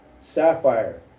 sapphire